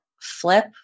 flip